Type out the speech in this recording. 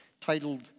titled